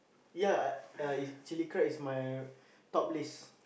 ya I chilli crab is my top list